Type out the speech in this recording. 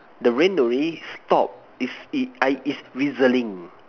the rain already stop is is I is drizzling